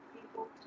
people